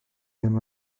ddim